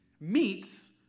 meets